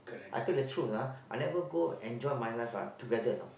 I tell the truth ah I never go enjoy my life ah together you know